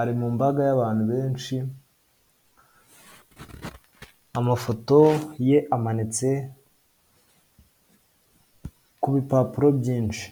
ari mu mbaga y'abantu benshi, amafoto ye amanitse ku bipapuro byinshi.